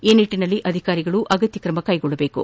ಈ ನಿಟ್ಟನಲ್ಲಿ ಅಧಿಕಾರಿಗಳು ಅಗತ್ತಕ್ರಮ ಕೈಗೊಳ್ಳಬೇಕು